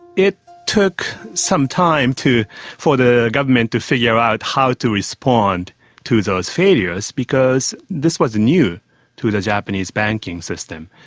it took some time for the government to figure out how to respond to those failures, because this was new to the japanese banking system.